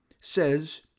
says